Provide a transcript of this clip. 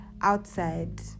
outside